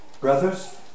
Brothers